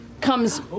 comes